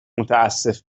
متاسف